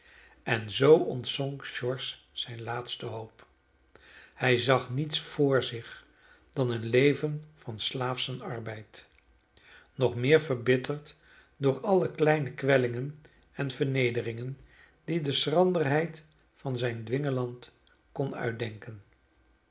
en zoo ontzonk george zijne laatste hoop hij zag niets vr zich dan een leven van slaafschen arbeid nog meer verbitterd door alle kleine kwellingen en vernederingen die de schranderheid van zijnen dwingeland kon uitdenken